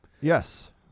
yes